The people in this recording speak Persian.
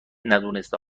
ندونسته